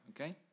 okay